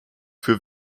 für